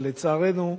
אבל לצערנו,